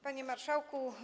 Panie Marszałku!